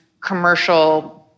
commercial